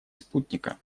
спутника